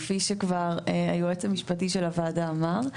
כפי שכבר היועץ המשפטי של הוועדה אמר,